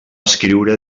escriure